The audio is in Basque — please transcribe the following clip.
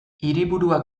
hiriburua